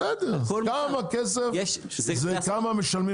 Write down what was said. נו בסדר, אז כמה כסף, כמה משלמים על כל דבר?